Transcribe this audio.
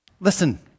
Listen